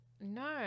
no